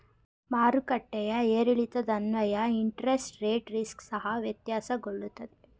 ಮಾರುಕಟ್ಟೆಯ ಏರಿಳಿತದನ್ವಯ interest rate risk ಸಹ ವ್ಯತ್ಯಾಸಗೊಳ್ಳುತ್ತದೆ